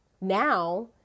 now